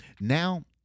Now